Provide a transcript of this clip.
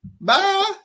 Bye